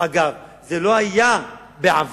אגב, זה לא היה בעבר.